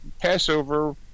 Passover